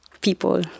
people